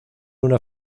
una